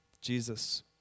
Jesus